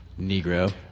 Negro